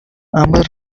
ambas